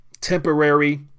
temporary